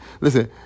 Listen